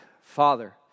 Father